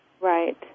Right